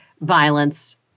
violence